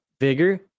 vigor